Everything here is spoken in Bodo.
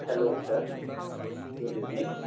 hello sir good evening